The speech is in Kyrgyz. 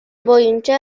боюнча